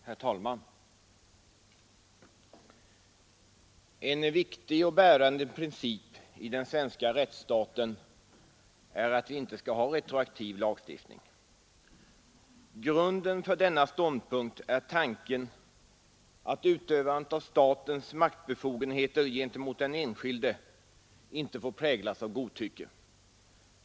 Herr talman! En viktig och bärande princip i den svenska rättsstaten är att vi inte skall ha retroaktiv lagstiftning. Grunden för denna ståndpunkt är tanken att utövandet av statens maktbefogenheter gentemot den enskilde inte får präglas av godtycke.